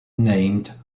named